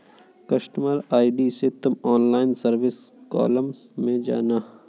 customer ID से तुम online service column में जाना